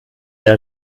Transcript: der